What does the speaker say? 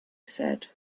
said